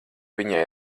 viņai